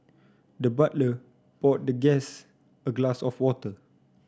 the butler poured the guest a glass of water